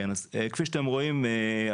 כפי שאתם רואים,